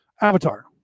avatar